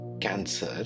Cancer